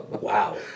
Wow